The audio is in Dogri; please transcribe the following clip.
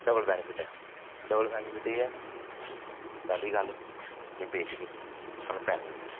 डबल बैनीफिट ऐ डबल बेनीफिट एह् ऐ कि पैह्ली गल्ल कि बेचगे सानूं पैहे लब्भने